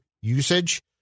usage